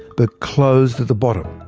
but closed at the bottom,